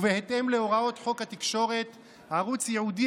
ערוץ 9,